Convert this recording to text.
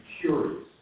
curious